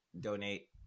donate